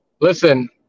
Listen